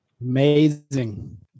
Amazing